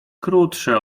krótsze